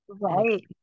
Right